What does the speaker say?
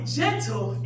gentle